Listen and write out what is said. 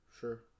Sure